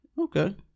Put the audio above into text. okay